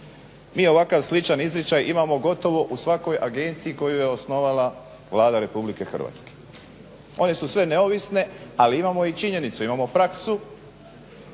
Mi ovakav sličan izričaj imamo gotovo u svakoj agenciji koju je osnovala Vlada Republike Hrvatske. One su sve neovisne ali imamo i činjenicu, imamo praksu